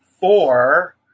four